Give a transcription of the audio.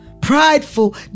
prideful